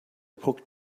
book